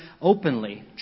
openly